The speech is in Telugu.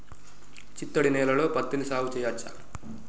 చిత్తడి నేలలో పత్తిని సాగు చేయచ్చా?